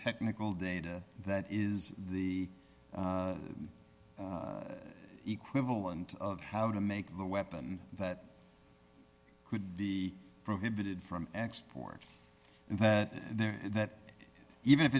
technical data that is the equivalent of how to make the weapon that could be prohibited from export and that there that even if